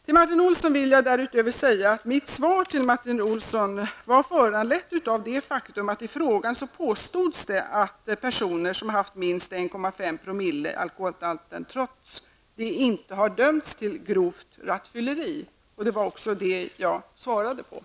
Därutöver vill jag till Martin Olsson säga att mitt svar till honom var föranlett av det faktum att det i hans fråga påstods att personer som haft minst 1,5 promille i sig trots detta inte har dömts för grovt rattfylleri. Det var alltså detta som jag bemötte.